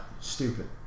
stupid